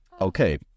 Okay